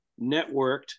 networked